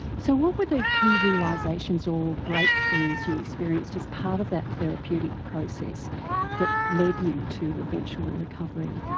so what were the key realisations or breakthroughs you experienced as part of that therapeutic process that led you to eventual recovery?